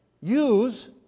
use